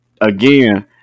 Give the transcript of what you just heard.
again